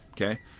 Okay